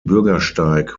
bürgersteig